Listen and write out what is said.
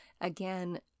again